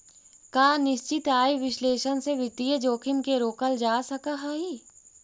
का निश्चित आय विश्लेषण से वित्तीय जोखिम के रोकल जा सकऽ हइ?